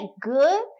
good